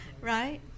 right